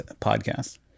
podcast